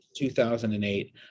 2008